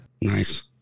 Nice